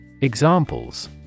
Examples